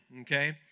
Okay